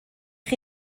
chi